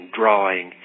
drawing